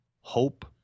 hope